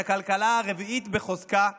את הכלכלה הרביעית בחוזקה בעולם,